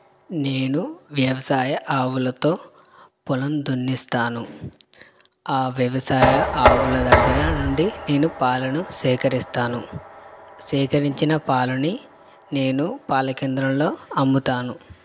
నేను వ్యవసాయ ఆవులతో పొలం దున్నుతాను ఆ వ్యవసాయ ఆవుల దగ్గర నుండి నేను పాలను సేకరిస్తాను సేకరించిన పాలను నేను పాల కేంద్రంలో అమ్ముతాను